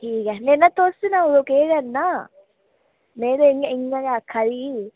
ठीक ऐ नेईं ते तुस सुनाओ केह् करना में ते इ'यां इयां गै आक्खा दी ही